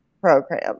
program